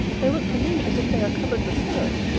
they look to me as if they are covered with fur.